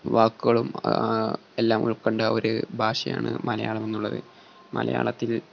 വാക്കുകളും എല്ലാം ഉൾക്കൊണ്ട ഒരു ഭാഷയാണ് മലയാളം എന്നുള്ളത് മലയാളത്തിൽ